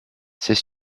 ses